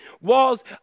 walls